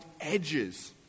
edges